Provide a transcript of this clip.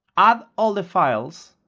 add all the files,